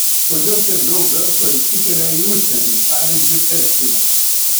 kodėl tiek daug verslo išsikelia į užsienį pavyzdžiui estiją